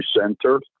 Center